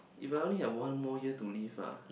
if I only have one more year to live ah